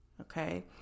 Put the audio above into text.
okay